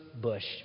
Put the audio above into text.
bush